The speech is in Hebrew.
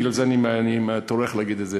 בגלל זה אני טורח להגיד את זה.